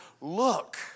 look